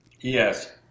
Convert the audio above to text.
yes